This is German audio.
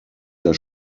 der